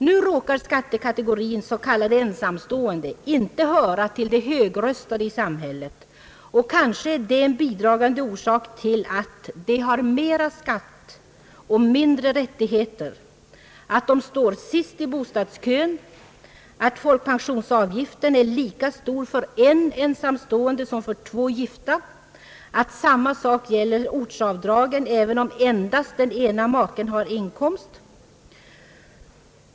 Nu råkar skattekategorin ensamstående inte höra till de högröstade i samhället. Kanske är det en bidragande orsak till att de har mera skatt och färre rättigheter, att de står sist i bostadskön, att folkpensionsavgiften är lika stor för en ensamstående som för två gifta, att samma sak gäller ortsavdragen även om endast den ena maken haft inkomst.